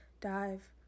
dive